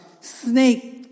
snake